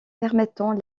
permettant